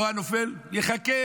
זה ייחקר.